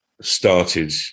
started